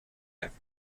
africa